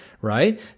right